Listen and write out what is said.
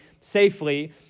safely